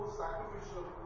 sacrificial